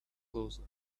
closer